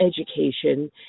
education